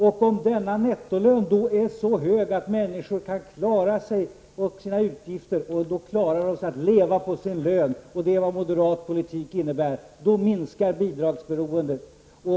Om nettolönen är så hög att människor kan klara sina utgifter och alltså leva på sin lön — och det är just vad moderat politik syftar till — minskar ju bidragsberoendet.